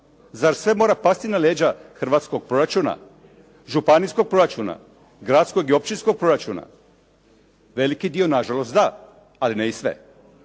Zar sve mora pasti na leđa hrvatskog proračuna, županijskog proračun, gradskog i općinskog proračuna? Veliki dio na žalost da, ali ne i sve.